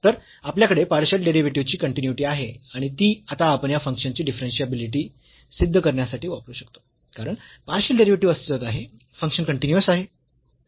तर आपल्याकडे पार्शियल डेरिव्हेटिव्हची कन्टीन्यूईटी आहे आणि ती आता आपण या फंक्शनची डिफरन्शियाबिलिटी सिद्ध करण्यासाठी वापरू शकतो कारण पार्शियल डेरिव्हेटिव्ह अस्तित्वात आहे फंक्शन कन्टीन्यूअस आहे